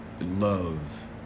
love